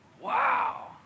Wow